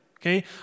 okay